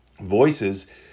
voices